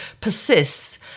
persists